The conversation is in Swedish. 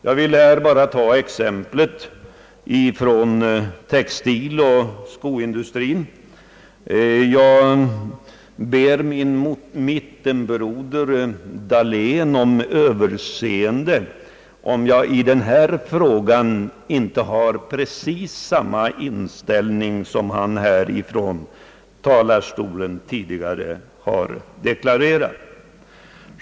Jag vill bara ta exempel från textiloch skoindustrierna. Jag ber min mittenbroder, herr Dahlén, om Ööverseende, om jag i denna fråga inte har precis samma inställning som han gett uttryck för från talarstolen här tidigare i dag.